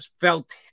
felt